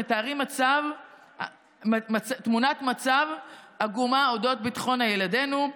הם מתארים תמונת מצב עגומה על אודות ביטחון ילדינו.